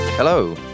Hello